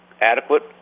adequate